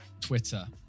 Twitter